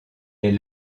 les